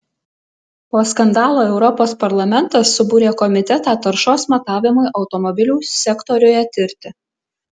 po skandalo europos parlamentas subūrė komitetą taršos matavimui automobilių sektoriuje tirti